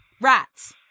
Rats